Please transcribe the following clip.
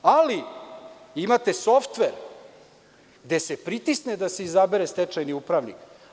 Ali, imate softver gde se pritisne da se izabere stečajni upravnik.